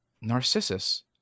Narcissus